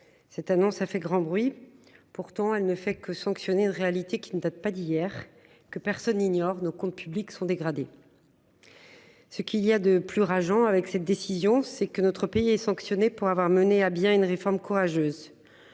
Cette annonce a fait grand bruit. Pourtant, elle ne fait que sanctionner une réalité qui ne date pas d'hier que personne n'ignore nos comptes publics sont dégradées. Ce qu'il y a de plus rageant. Avec cette décision c'est que notre pays est sanctionné pour avoir mené à bien une réforme courageuse.